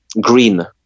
green